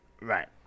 Right